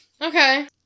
Okay